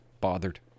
bothered